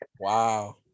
Wow